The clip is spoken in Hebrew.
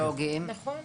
נכון.